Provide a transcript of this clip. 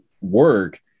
work